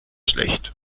schlecht